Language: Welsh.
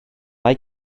mae